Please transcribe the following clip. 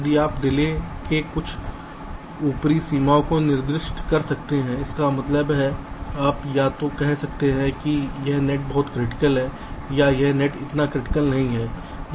यदि आप डिले के कुछ ऊपरी सीमा को निर्दिष्ट कर सकते हैं इसका मतलब है आप या तो कह सकते हैं कि यह नेट बहुत क्रिटिकल है या यह नेट इतना क्रिटिकल नहीं है